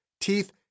teeth